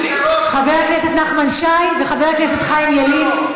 חבר הכנסת נחמן שי וחבר הכנסת חיים ילין,